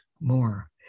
more